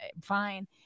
fine